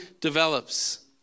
develops